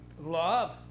love